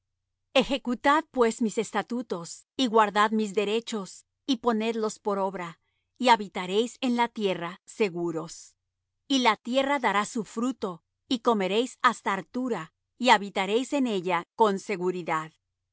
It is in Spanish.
ejecutad pues mis estatutos y guardad mis derechos y ponedlos por obra y habitaréis en la tierra seguros y la tierra dará su fruto y comeréis hasta hartura y habitaréis en ella con seguridad